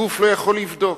הגוף לא יכול לבדוק,